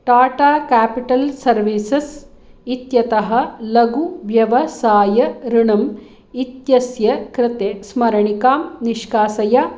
Tata capital services इत्यतः लघुव्यवसायऋणम् इत्यस्य कृते स्मरणिकां निष्कासय